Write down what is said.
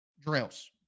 drills